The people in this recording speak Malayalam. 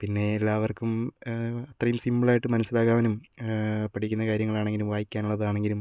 പിന്നെ എല്ലാവർക്കും അത്രയും സിംപിളായിട്ടു മനസ്സിലാകാനും പഠിക്കുന്ന കാര്യങ്ങളാണെങ്കിലും വായിക്കാനുള്ളതാണെങ്കിലും